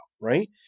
Right